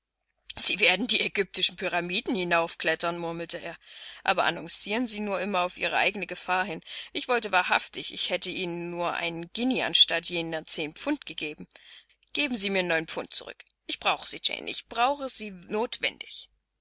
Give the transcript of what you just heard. sie werden die ägyptischen pyramiden hinaufklettern murmelte er aber annoncieren sie nur immer auf ihre eigene gefahr hin ich wollte wahrhaftig ich hätte ihnen nur eine guinee anstatt jener zehn pfund gegeben geben sie mir neun pfund zurück ich brauche sie jane ich brauche sie notwendig